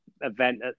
event